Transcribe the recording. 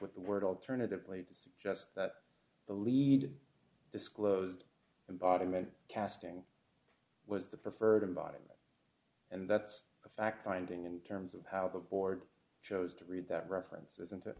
with the word alternatively does just that the lead disclosed in bottom end casting was the preferred environment and that's a fact finding in terms of how the board chose to read that reference isnt it